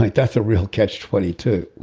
like that's a real catch twenty two.